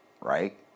right